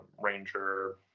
Ranger